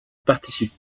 participe